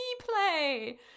play